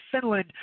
Finland